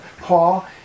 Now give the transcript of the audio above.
Paul